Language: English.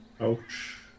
Ouch